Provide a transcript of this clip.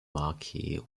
marquee